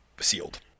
sealed